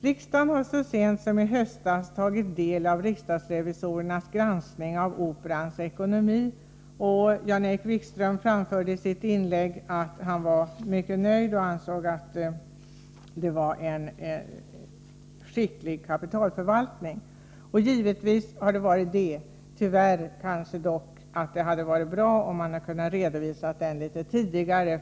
Riksdagen har så sent som i höstas tagit del av riksdagsrevisorernas granskning av Operans ekonomi. Jan-Erik Wikström framhöll i sitt inlägg att han var mycket nöjd och ansåg att det var en skicklig kapitalförvaltning. Givetvis har det varit det, men det hade ändå varit bra om redovisningen gjorts litet tidigare.